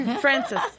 Francis